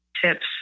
tips